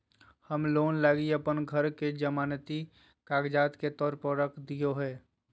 हम लोन लगी अप्पन घर के जमानती कागजात के तौर पर रख देलिओ हें